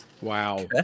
Wow